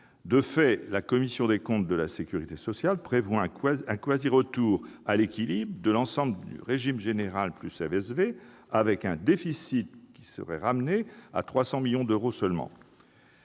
De fait, la commission des comptes de la sécurité sociale prévoit un quasi-retour à l'équilibre de l'ensemble régime général-FSV, avec un déficit ramené à 300 millions d'euros seulement.